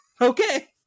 Okay